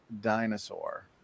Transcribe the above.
dinosaur